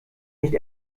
nicht